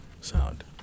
sound